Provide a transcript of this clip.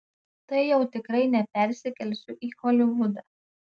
tai jau tikrai nepersikelsiu į holivudą